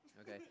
Okay